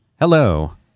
hello